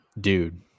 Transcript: dude